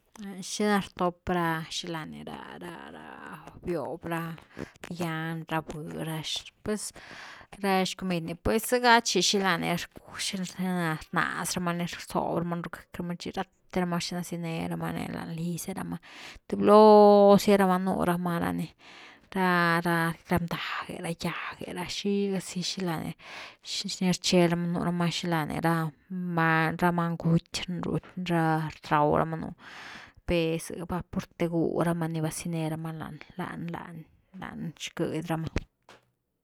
Xila rtop ra xiláni ra-ra biob ra, digyan a bhï ra pues ra xcomid ni pues zega chi, xilá ni, rnaz rama ni rzob rama ni gëcky rama chi rathe rama xina sietnerama ni lan lyz rama, thëbloo zy vanú rama ra ni ra rab ndag’e ra gyag’e ra xiga zi xilá nixini rchel nú rama xilá ni rha many guty ra raw ra’ma nú, per zë va purte gú rama ni vasienérama ni lan lañ zquëdy ra’ma.